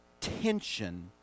tension